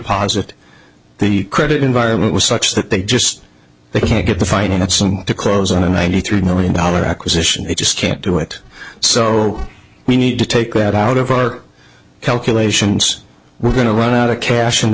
posit the credit environment was such that they just they can't get the fine and some to close on a ninety three million dollar acquisition they just can't do it so we need to take that out of our calculations we're going to run out of cash in the